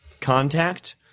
contact